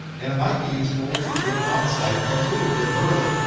and it might be useful to get on-site a little bit early.